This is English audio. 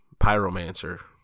Pyromancer